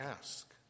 ask